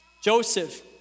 Joseph